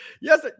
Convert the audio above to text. Yes